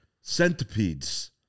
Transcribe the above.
Centipedes